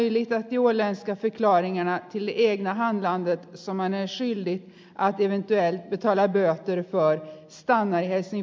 därför har vi nu en fjärde ändring av självstyrelselagen sedan eu inträdet till behandling i riksdagen